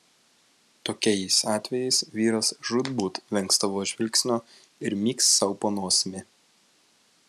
tokiais atvejais vyras žūtbūt vengs tavo žvilgsnio ir myks sau po nosimi